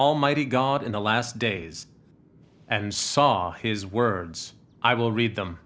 almighty god in the last days and saw his words i will read them